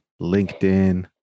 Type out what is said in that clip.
linkedin